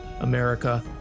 America